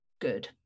Good